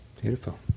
Beautiful